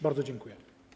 Bardzo dziękuję.